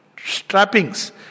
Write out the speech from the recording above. strappings